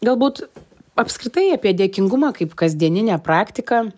galbūt apskritai apie dėkingumą kaip kasdieninę praktiką